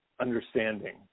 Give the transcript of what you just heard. understanding